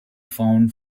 found